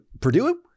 Purdue